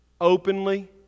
openly